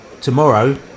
Tomorrow